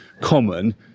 common